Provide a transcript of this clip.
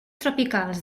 tropicals